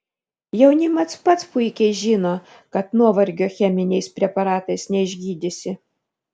jaunimas pats puikiai žino kad nuovargio cheminiais preparatais neišgydysi